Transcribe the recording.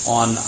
on